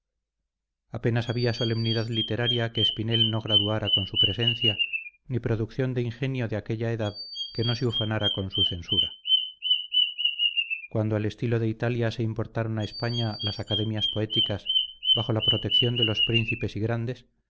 apenas había solemnidad literaria que espinel no graduara con su presencia ni producción de ingenio de aquella edad que no se ufanara con su censura cuando al estilo de italia se importaron a españa las academias poéticas bajo la proteccion de los príncipes y grandes